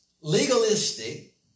legalistic